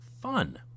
fun